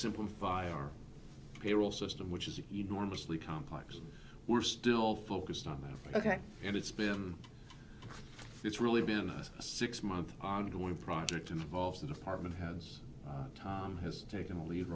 simplify our payroll system which is enormously complex and we're still focused on that ok and it's been it's really been a six month ongoing project involves the department has time has taken a lead